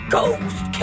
Ghost